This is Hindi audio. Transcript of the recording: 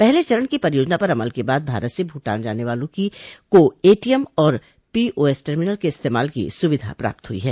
पहले चरण की परियोजना पर अमल के बाद भारत से भूटान जाने वालों को एटोएम और पीओएस टर्मिनल के इस्तेमाल की सुविधा प्राप्त हुई है